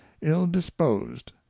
ill-disposed